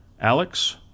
Alex